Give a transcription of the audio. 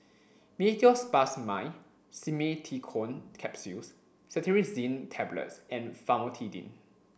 Meteospasmyl Simeticone Capsules Cetirizine Tablets and Famotidine